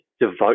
devote